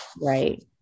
Right